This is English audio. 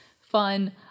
fun